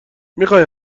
میخای